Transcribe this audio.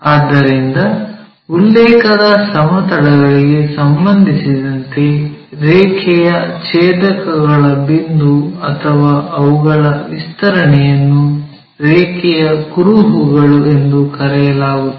ಆದ್ದರಿಂದ ಉಲ್ಲೇಖದ ಸಮತಲಗಳಿಗೆ ಸಂಬಂಧಿಸಿದಂತೆ ರೇಖೆಯ ಛೇದಕಗಳ ಬಿಂದು ಅಥವಾ ಅವುಗಳ ವಿಸ್ತರಣೆಯನ್ನು ರೇಖೆಯ ಕುರುಹುಗಳು ಎಂದು ಕರೆಯಲಾಗುತ್ತದೆ